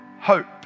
hope